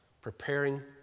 preparing